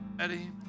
Eddie